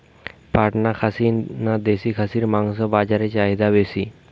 পাটনা খাসি না দেশী খাসির মাংস বাজারে চাহিদা বেশি?